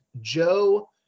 Joe